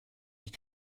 ihr